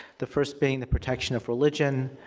the first being the protection of religion.